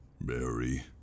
Barry